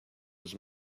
was